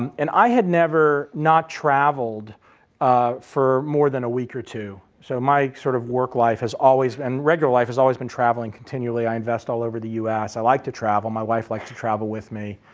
um and i had never not traveled for more than a week or two. so my sort of work life has always been regular life has always been traveling continually, i invest all over the u s. i liked to travel, my wife liked to travel with me